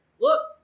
Look